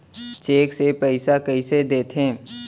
Cheque से पइसा कइसे देथे?